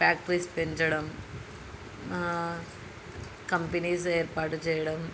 factories పెంచడం companies ఏర్పాటు చేయడం